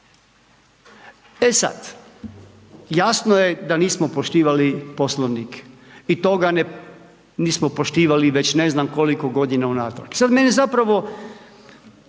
E sada, jasno je da nismo poštivali poslovnik i toga nismo poštivali već ne znam koliko godina unatrag.